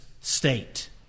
state